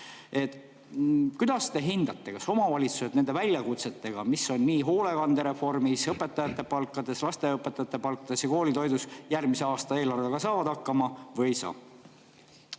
Kuidas te hindate, kas omavalitsused nende väljakutsetega, mis puudutavad hoolekandereformi, õpetajate palkasid, lasteaiaõpetajate palkasid ja koolitoitu, saavad järgmise aasta eelarve raames hakkama või ei saa?